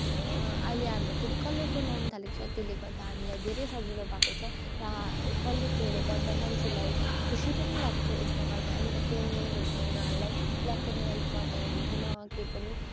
अहिले हाम्रो फेरि कलरफुल आउनु थालेको छ त्यसले गर्दा हामीलाई धेरै सजिलो भएको छ र कलरफुलले गर्दा मान्छेलाई खुसी पनि लाग्छ एक प्रकारको एन्टरटेनमेन्ट हुन्छ उनीहरूलाई ब्ल्याक एन्ड वाइटमा त हुन्थेन केही पनि